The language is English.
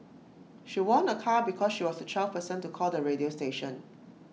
she won A car because she was the twelfth person to call the radio station